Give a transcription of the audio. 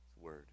word